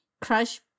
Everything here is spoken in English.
Crush